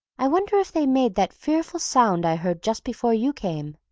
i wonder if they made that fearful sound i heard just before you came?